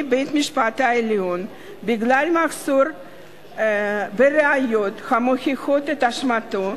בית-המשפט העליון בגלל מחסור בראיות המוכיחות את אשמתו,